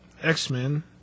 X-Men